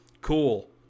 cool